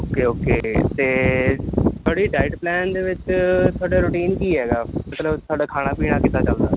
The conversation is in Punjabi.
ਓਕੇ ਓਕੇ ਅਤੇ ਤੁਹਾਡੀ ਡਾਇਟ ਪਲਾਨ ਦੇ ਵਿੱਚ ਤੁਹਾਡਾ ਰੂਟੀਨ ਕੀ ਹੈਗਾ ਮਤਲਬ ਤੁਹਾਡਾ ਖਾਣਾ ਪੀਣਾ ਕਿੱਦਾਂ ਚੱਲਦਾ